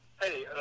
Hey